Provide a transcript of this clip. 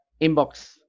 inbox